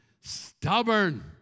stubborn